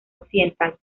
occidentales